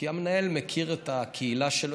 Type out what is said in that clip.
כי המנהל מכיר את הקהילה שלו.